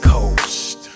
Coast